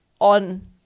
on